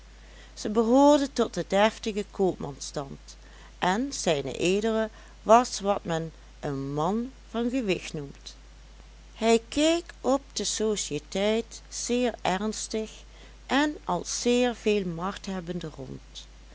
zij behoorden tot den deftigen koopmansstand en zed was wat men een man van gewicht noemt hij keek op de sociëteit zeer ernstig en als zeer veel macht hebbende